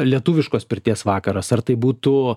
lietuviškos pirties vakaras ar tai būtų